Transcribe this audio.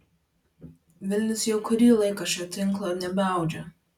vilnius jau kurį laiką šio tinklo nebeaudžia